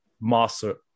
master